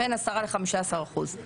בין 10 ל-15 אחוז.